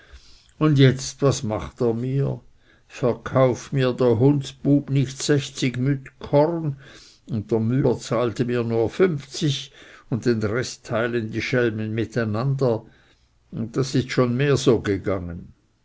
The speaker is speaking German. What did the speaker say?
und jetzt was macht er mir verkauft mir der hundsbub nicht sechzig mütt korn und der müller zahlte mir nur fünfzig und den rest teilen die schelmen miteinander und das ist schon mehr so gegangen